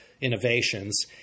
innovations